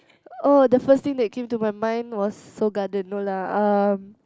oh the first thing that came to my mind was Seoul-Garden no lah um